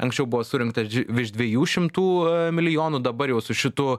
anksčiau buvo surinkta virš dviejų šimtų milijonų dabar jau su šitu